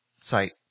site